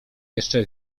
jeszcze